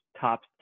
top